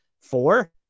four